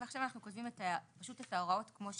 ועכשיו אנחנו כותבים את ההוראות כמו שהן.